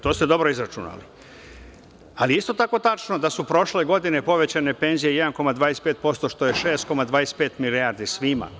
To ste dobro izračunali, ali je isto tako tačno da su prošle godine povećane penzije 1,25%, što je 6,25 milijardi svima.